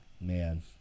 man